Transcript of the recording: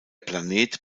planet